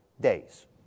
days